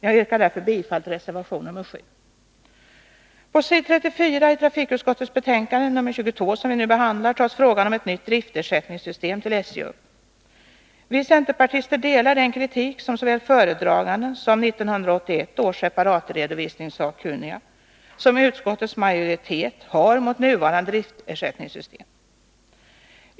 Jag yrkar bifall till reservation 7. På s. 34 i trafikutskottets betänkande nr 22 tas frågan om ett nytt driftersättningssystem till SJ upp. Vi centerpartister instämmer i den kritik som såväl föredraganden och 1981 års separatredovisningssakkunniga som utskottets majoritet har mot nuvarande driftersättningssystem.